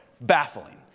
baffling